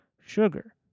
sugar